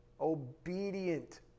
Obedient